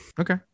okay